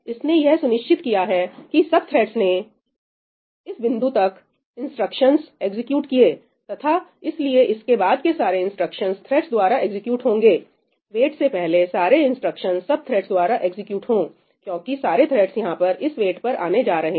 इसने यह सुनिश्चित किया है कि सब थ्रेड्स ने इस बिंदु तक इंस्ट्रक्शंस एग्जीक्यूट किए तथा इसीलिए इसके बाद के सारे इंस्ट्रक्शंस थ्रेड्स द्वारा एग्जीक्यूट होंगे वेट से पहले सारे इंस्ट्रक्शंस सब थ्रेड्स द्वारा एग्जीक्यूट हो क्योंकि सारे थ्रेड्स यहां पर इस वेट पर आने जा रहे हैं